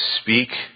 speak